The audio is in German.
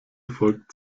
folgt